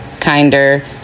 kinder